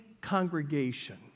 congregation